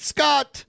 Scott